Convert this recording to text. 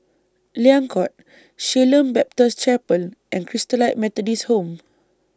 Liang Court Shalom Baptist Chapel and Christalite Methodist Home